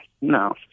No